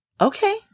Okay